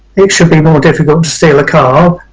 it should be more difficult to steal a car.